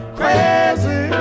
crazy